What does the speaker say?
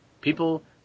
People